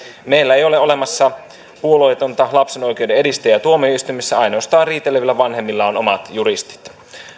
meillä ei ole olemassa puolueetonta lapsen oikeuksien edistäjää tuomioistuimissa ainoastaan riitelevillä vanhemmilla on omat juristit